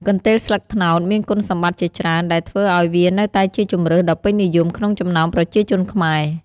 កន្ទេលស្លឹកត្នោតមានគុណសម្បត្តិជាច្រើន ដែលធ្វើឲ្យវានៅតែជាជម្រើសដ៏ពេញនិយមក្នុងចំណោមប្រជាជនខ្មែរ។